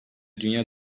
dünya